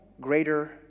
greater